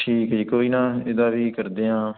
ਠੀਕ ਜੀ ਕੋਈ ਨਾ ਇਹਦਾ ਵੀ ਕਰਦੇ ਆਂ